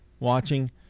watching